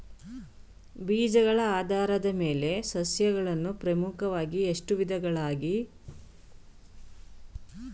ಬೀಜಗಳ ಆಧಾರದ ಮೇಲೆ ಸಸ್ಯಗಳನ್ನು ಪ್ರಮುಖವಾಗಿ ಎಷ್ಟು ವಿಧಗಳಾಗಿ ವಿಂಗಡಿಸಲಾಗಿದೆ?